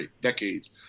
decades